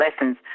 lessons